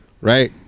Right